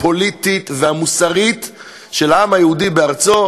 הפוליטית והמוסרית של העם היהודי בארצו,